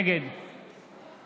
נגד